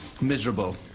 miserable